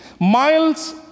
Miles